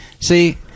See